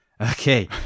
Okay